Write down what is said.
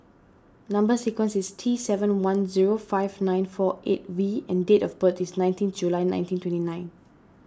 Number Sequence is T seven one zero five nine four eight V and date of birth is nineteen July nineteen twenty nine